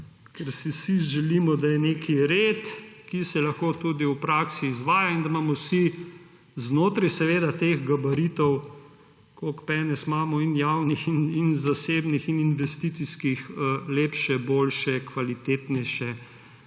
kjer si vsi želimo, da je nek red, ki se lahko tudi v praksi izvaja, in da imamo vsi znotraj teh gabaritov, kolikor penezov imamo in javnih in zasebnih in investicijskih, lepše, boljše, kvalitetnejše,